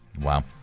wow